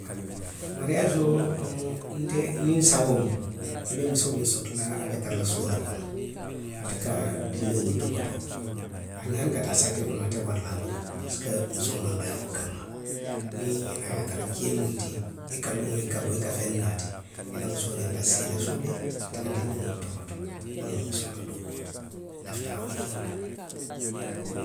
Mariyaasoo, boŋ, nte. niŋ nsawoo, mu, nbe musoo miŋ soto la a be tara la suo kono; ate ka dindiŋolu topotoo; hani, hani ka taa saatee kono ate wara la a bulu parisiko musoo naata wo le kanma. Niŋ a ye a tara kee mu i ti i ka duŋ, i ka bo. i ka feŋ naati. i la musoo ňanta sii la suu le a ka dindiŋolu topotoo wo lemu musoo la dookuo ti. Nlafita a wo ňoŋ maa le la,.